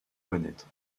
connaître